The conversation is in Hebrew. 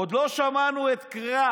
עוד לא שמענו את קרא,